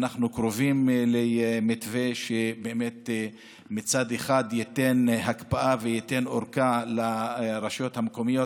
אנחנו קרובים למתווה שמצד אחד ייתן הקפאה וייתן ארכה לרשויות המקומיות